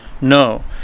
No